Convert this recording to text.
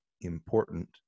important